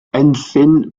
enllyn